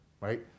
right